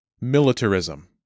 Militarism